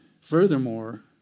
Furthermore